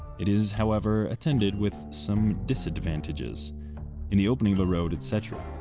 it is, however, attended with some disadvantages in the opening of the road, etcetera.